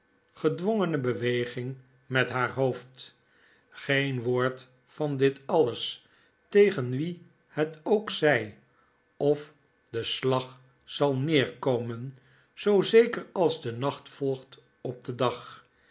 gedwongene beweging met haar hoofd geen woord van dit alles tegen wie het ook zij of de slag zal nederkomen zoo zeker als de nacht volgt op den dag